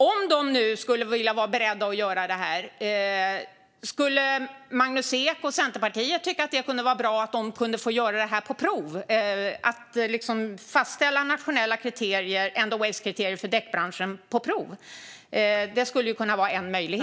Om de nu är beredda att göra detta, skulle Magnus Ek och Centerpartiet då tycka att det vore bra att de kunde få göra det på prov? Det handlar då om att fastställa nationella end of waste-kriterier för däckbranschen på prov. Det skulle kunna vara en möjlighet.